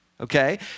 okay